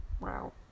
Wow